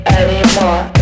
anymore